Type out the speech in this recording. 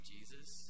Jesus